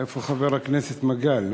איפה חבר הכנסת מגל?